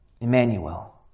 Emmanuel